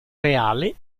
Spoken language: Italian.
reale